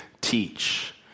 teach